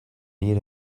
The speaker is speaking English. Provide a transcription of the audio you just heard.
need